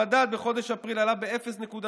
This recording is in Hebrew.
המדד בחודש אפריל עלה ב-0.8%,